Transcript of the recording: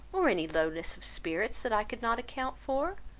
or any lowness of spirits that i could not account for,